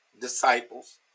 disciples